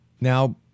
Now